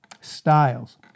Styles